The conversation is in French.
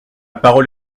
parole